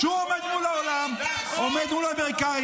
הוא עומד מול העולם, עומד מול האמריקאים.